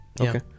Okay